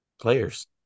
players